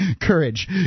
courage